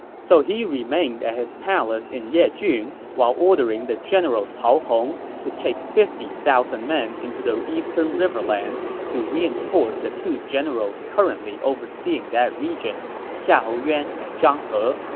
so he remained at his palace in yejun while ordering the general cao hong to take fifty thousand men into the eastern riverlands to reinforce the two generals currently overseeing that region xiahou yuan and zhang he.